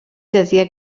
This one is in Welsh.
dyddiau